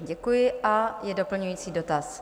Děkuji a je doplňující dotaz.